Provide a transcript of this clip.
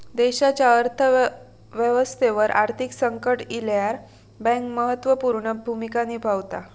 देशाच्या अर्थ व्यवस्थेवर आर्थिक संकट इल्यावर बँक महत्त्व पूर्ण भूमिका निभावता